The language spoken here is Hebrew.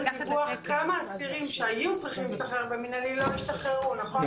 דיווח כמה אסירים שהיו צריכים להשתחרר במנהלי לא השתחררו נכון?